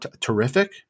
terrific